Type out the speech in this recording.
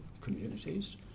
communities